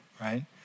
right